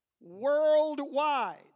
Worldwide